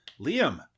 liam